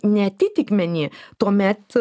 neatitikmenį tuomet